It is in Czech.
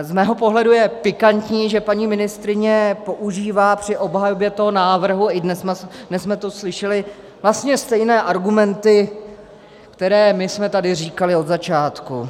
Z mého pohledu je pikantní, že paní ministryně používá při obhajobě toho návrhu i dnes jsme to slyšeli vlastně stejné argumenty, které my jsme tady říkali od začátku.